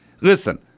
Listen